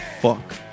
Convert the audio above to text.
fuck